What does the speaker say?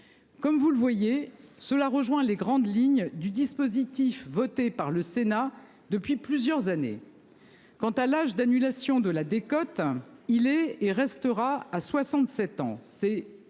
Comme vous le voyez cela rejoint les grandes lignes du dispositif voté par le Sénat. Depuis plusieurs années. Quant à l'âge d'annulation de la décote. Il est et restera à 67 ans.